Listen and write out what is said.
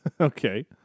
Okay